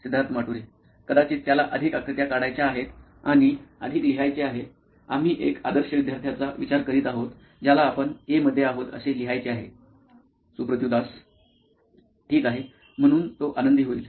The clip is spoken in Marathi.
सिद्धार्थ माटुरी मुख्य कार्यकारी अधिकारी नॉइन इलेक्ट्रॉनिक्स कदाचित त्याला अधिक आकृत्या काढायच्या आहेत आणि अधिक लिहायचे आहे आम्ही एक आदर्श विद्यार्थ्याचा विचार करीत आहोत ज्याला आपण ए मध्ये आहोत असे लिहायचे आहे Suprativ Das CTO Noin Electronics ठीक आहे म्हणून तो आनंदी होईल